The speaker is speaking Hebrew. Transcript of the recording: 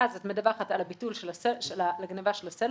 שאז את מדווחת על גניבה של הסלולר,